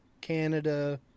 Canada